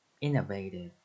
Innovative